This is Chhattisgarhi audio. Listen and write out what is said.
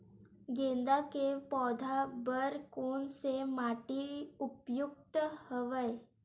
गेंदा के पौधा बर कोन से माटी उपयुक्त हवय?